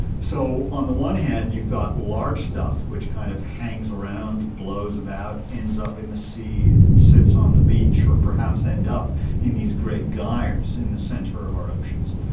so on the one hand you've got large stuff which kind of hangs around, blows about, ends up in the sea, sits on the beach or perhaps end up in these great gyres in the centre of our oceans.